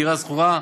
דירה שכורה,